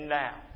now